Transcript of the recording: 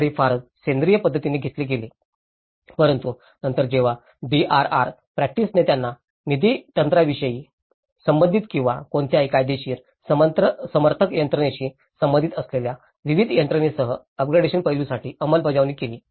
तर हे फारच सेंद्रिय पद्धतीने घेतले गेले आहे परंतु नंतर जेव्हा डीआरआर प्रॅक्टिसने त्यांना निधी तंत्रज्ञानाशी संबंधित किंवा कोणत्याही कायदेशीर समर्थन यंत्रणेशी संबंधित असलेल्या विविध यंत्रणेसह अपग्रेडेशन पैलूसाठी अंमलबजावणी केली